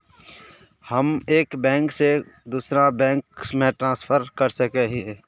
हम एक बैंक से दूसरा बैंक में ट्रांसफर कर सके हिये?